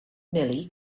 nelly